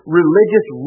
religious